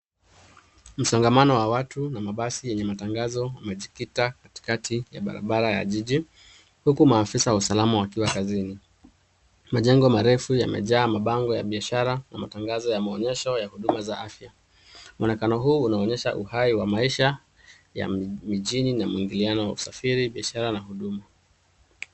Msongamano wa watu na mabasi yenye matangazo yamejikita katikati ya barabara ya jiji huku maafisa wa usalama wakiwa kazini. Majengo marefu yamejaa mabango ya biashara na matangazo ya maonyesho ya huduma za afya. Mwonekano huu unaonyesha uhai wa maisha ya mijini na mwingiliano wa usafiri, biashara na huduma.